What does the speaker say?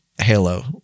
Halo